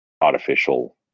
artificial